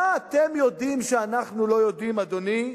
מה אתם יודעים שאנחנו לא יודעים, אדוני?